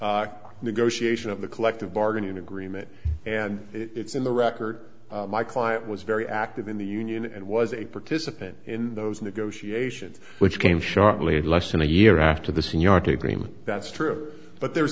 eight negotiation of the collective bargaining agreement and it's in the record my client was very active in the union and was a participant in those negotiations which came shortly less than a year after the seniority agreement that's true but there's